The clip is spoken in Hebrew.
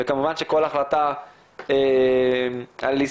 וכמובן שכל החלטה על לסגור,